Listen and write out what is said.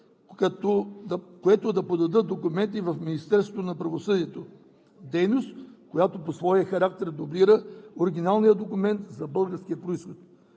което да подадат документи в Министерството на правосъдието, дейност, която по своя характер дублира оригиналния документ за български произход.